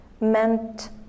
meant